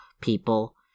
people